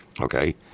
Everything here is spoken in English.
okay